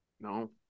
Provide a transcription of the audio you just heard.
No